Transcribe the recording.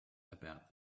about